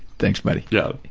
thanks, buddy. yeah.